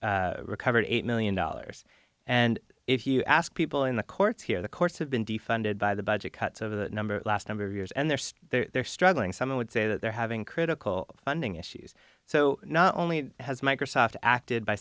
they recovered eight million dollars and if you ask people in the courts here the courts have been defunded by the budget cuts of a number last number of years and they're still there struggling some would say that they're having critical funding issues so not only has microsoft acted by